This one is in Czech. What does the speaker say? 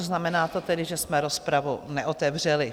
Znamená to tedy, že jsme rozpravu neotevřeli.